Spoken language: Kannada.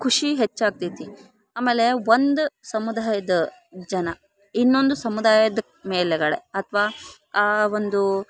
ಖುಷಿ ಹೆಚ್ಚಾಗ್ತೆತಿ ಆಮೇಲೆ ಒಂದು ಸಮುದಾಯದ ಜನ ಇನ್ನೊಂದು ಸಮುದಾಯಕ್ಕೆ ಮೇಲ್ಗಡೆ ಅಥ್ವಾ ಆ ಒಂದು